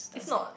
it's not